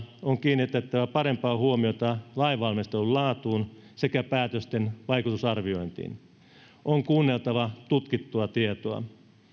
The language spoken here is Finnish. kiinnitettävä parempaa huomiota lainvalmistelun laatuun sekä päätösten vaikutusarviointiin on kuunneltava tutkittua tietoa